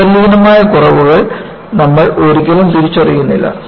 അന്തർലീനമായ കുറവുകൾ നമ്മൾ ഒരിക്കലും തിരിച്ചറിയുന്നില്ല